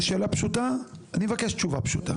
שאלה פשוטה, אני מבקש תשובה פשוטה.